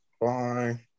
Bye